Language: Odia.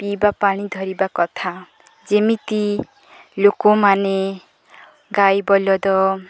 ପିଇବା ପାଣି ଧରିବା କଥା ଯେମିତି ଲୋକମାନେ ଗାଈ ବଲଦ